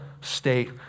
state